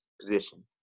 Position